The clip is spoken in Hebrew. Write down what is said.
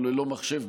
או ללא מחשב,